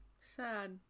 Sad